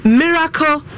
miracle